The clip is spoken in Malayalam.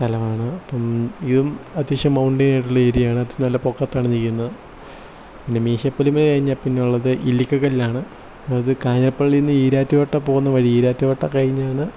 സ്ഥലമാണ് അപ്പം ഇതും അത്യാവശ്യം മൗണ്ടൈൻ ആയിട്ടുള്ള ഏരിയ ആണ് നല്ല പൊക്കത്താണ് നിൽക്കുന്നത് പിന്നെ മീശപ്പുലിമല കഴിഞ്ഞാൽ പിന്നെ ഉള്ളത് ഇല്ലിക്കൽ കല്ലാണ് അത് കാഞ്ഞിരപ്പള്ളീന്ന് ഈരാറ്റുപേട്ട പോവുന്ന വഴി ഈരാറ്റുപേട്ട കഴിഞ്ഞാണ്